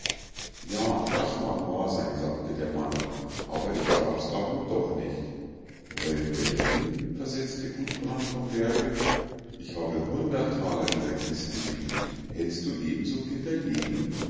ja das mag wahr sein sagte der mann aber ich glaub's darum doch nicht wollen wir wetten versetzte gudbrand vom berge ich habe hundert thaler in der kiste liegen hältst du eben so viel dagegen